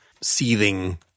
seething